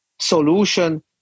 Solution